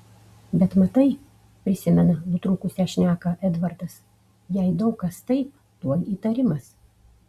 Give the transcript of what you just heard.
bet matai prisimena nutrūkusią šneką edvardas jei daug kas taip tuoj įtarimas